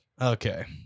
okay